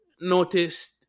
noticed